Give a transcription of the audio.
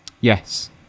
yes